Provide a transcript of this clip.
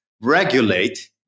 regulate